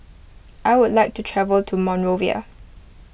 I would like to travel to Monrovia